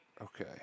Okay